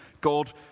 God